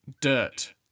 dirt